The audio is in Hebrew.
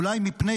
אולי מפני